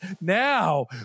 now